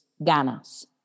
ganas